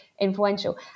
influential